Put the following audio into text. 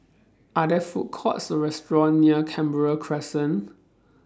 Are There Food Courts Or Restaurant near Canberra Crescent